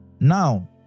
now